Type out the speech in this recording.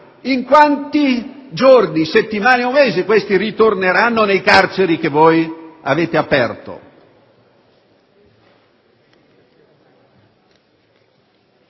In quanti giorni, settimane o mesi questi ritorneranno nelle carceri che avete aperto?